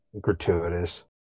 gratuitous